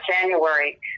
January